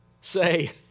Say